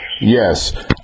Yes